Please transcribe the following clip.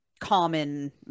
common